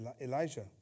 Elijah